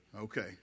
Okay